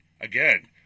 again